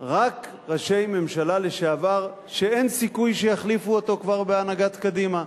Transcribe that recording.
רק ראשי ממשלה לשעבר שכבר אין סיכוי שיחליפו אותו בהנהגת קדימה.